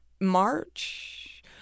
March